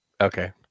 Okay